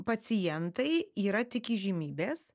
pacientai yra tik įžymybės